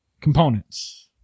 components